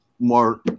More